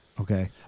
Okay